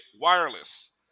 wireless